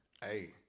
Hey